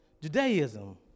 Judaism